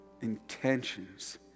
intentions